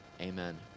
Amen